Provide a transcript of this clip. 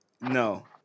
no